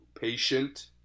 patient